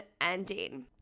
ending